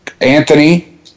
Anthony